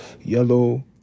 yellow